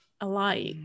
alike